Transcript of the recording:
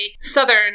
Southern